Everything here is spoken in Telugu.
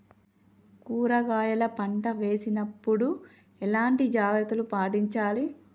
కూరగాయల పంట వేసినప్పుడు ఎలాంటి జాగ్రత్తలు పాటించాలి?